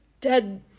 dead